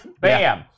bam